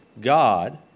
God